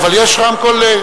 רמקול.